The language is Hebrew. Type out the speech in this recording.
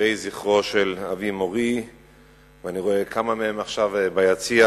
מוקירי זכרו של אבי מורי אני רואה כמה מהם עכשיו ביציע,